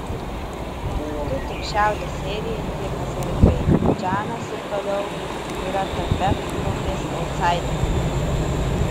tuo metu tiek šiaurės airija tiek azerbaidžanas ir toliau yra tarp f grupės autsaiderių